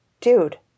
dude